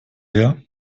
her